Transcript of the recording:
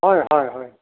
হয় হয় হয়